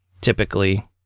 typically